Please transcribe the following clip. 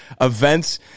events